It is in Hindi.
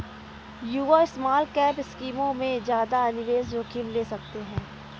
युवा स्मॉलकैप स्कीमों में ज्यादा निवेश जोखिम ले सकते हैं